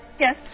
Yes